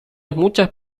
muchas